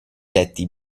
letti